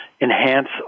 enhance